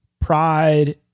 pride